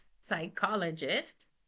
psychologist